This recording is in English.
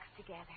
together